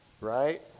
right